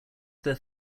their